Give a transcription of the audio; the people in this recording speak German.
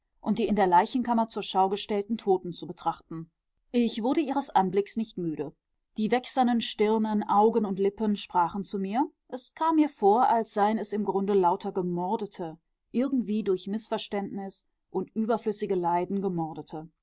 und die in der leichenkammer zur schau gestellten toten zu betrachten ich wurde ihres anblicks nicht müde die wächsernen stirnen augen und lippen sprachen zu mir es kam mir vor als seien es im grunde lauter gemordete irgendwie durch mißverständnis und überflüssige leiden gemordete